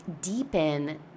deepen